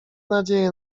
nadzieje